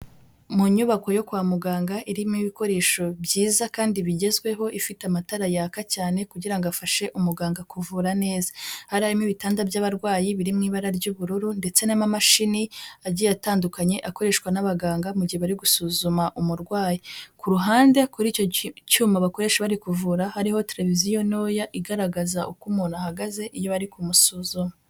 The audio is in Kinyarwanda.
Mu nyubako yo kwa muganga irimo ibikoresho byiza kandi bigezweho ifite amatara yaka cyane kugira ngo afashe umuganga kuvura neza, hari harimo ibitanda by'abarwayi biriw ibara ry'ubururu ndetse n'amamashini agiye atandukanye akoreshwa n'abaganga mu gihe bari gusuzuma umurwayi, ku ruhande kuri icyo cyuma bakoresha bari kuvura hariho televiziyo ntoya igaragaza uko umuntu ahagaze iyo bari kumusuzuma.